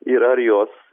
ir ar jos